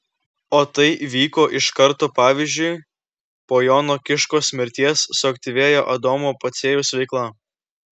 o tai įvyko iš karto pavyzdžiui po jono kiškos mirties suaktyvėjo adomo pociejaus veikla